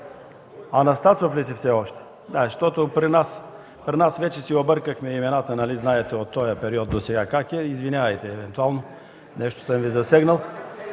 Анастасов ли си все още?! Да, защото при нас вече си объркахме имената. Нали знаете от този период досега как е? Извинявайте, ако евентуално нещо съм Ви засегнал.